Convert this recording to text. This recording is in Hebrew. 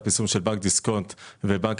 זה גם ימתן את הלחץ שלנו עם החוקים ועם הכל.